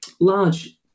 large